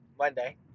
Monday